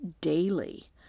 daily